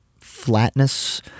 flatness